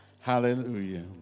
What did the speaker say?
Hallelujah